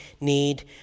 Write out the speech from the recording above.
need